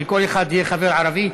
שלכל אחד יהיה חבר ערבי,